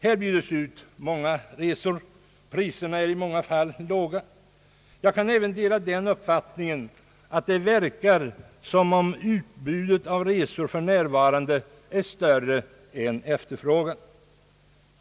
Här bjuds ut många resor, priserna är i många fall låga. Jag kan även dela den uppfattningen att det verkar som om utbudet av resor för närvarande är större än efterfrågan.